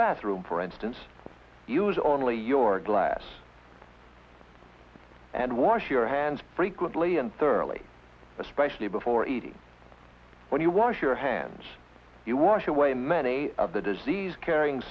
bathroom for instance use only your glass and wash your hands frequently and thoroughly especially before eating when you wash your hands you wash away many of the disease carrying